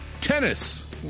Tennis